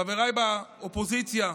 חבריי באופוזיציה,